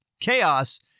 Chaos